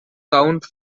count